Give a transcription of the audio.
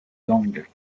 zhang